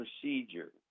procedure